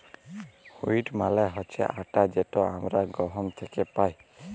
wheat মালে হছে আটা যেট আমরা গহম থ্যাকে পাই